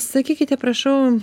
sakykite prašau